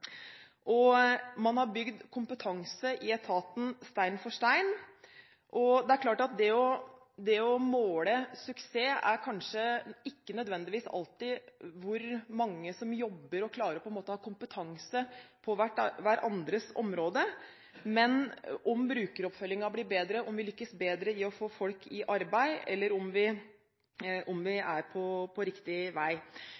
og man har bygd kompetanse i etaten stein for stein. Det er klart at det å måle suksess går kanskje ikke nødvendigvis alltid på hvor mange som jobber, og som klarer å ha kompetanse på hverandres områder, men på om brukeroppfølgingen blir bedre, om vi lykkes bedre i å få folk i arbeid – altså om vi